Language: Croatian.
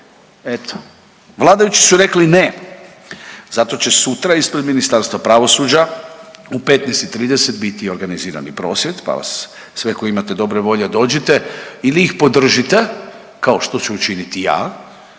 Eto vladajući su rekli ne. Zato će sutra ispred Ministarstva pravosuđa u 15,30 biti organizirani prosvjed pa vas sve koji imate dobre volje dođite ili ih podržite kao što ću učiniti ja